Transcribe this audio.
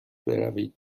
بروید